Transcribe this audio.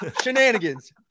Shenanigans